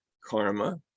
karma